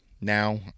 Now